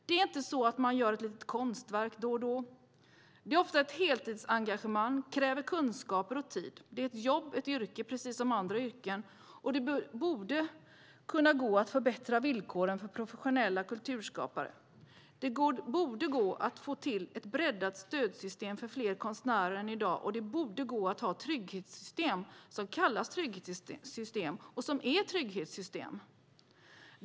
Det är inte så att man gör ett litet konstverk då och då. Det är ofta ett heltidsengagemang. Det kräver kunskap och tid. Det är ett jobb, ett yrke, precis som andra yrken. Det borde gå att förbättra villkoren för professionella kulturskapare. Det borde gå att få till ett breddat stödsystem för fler konstnärer än i dag, och det borde gå att ha trygghetssystem som kallas trygghetssystem och som är trygghetssystem.